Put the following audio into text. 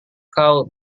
kau